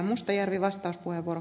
minusta ed